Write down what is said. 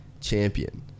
champion